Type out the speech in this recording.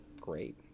great